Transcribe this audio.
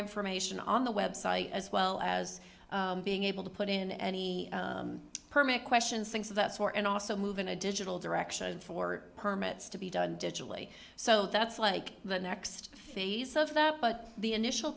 information on the website as well as being able to put in any permit questions so that's where and also move in a digital direction for permits to be done digitally so that's like the next phase of that but the initial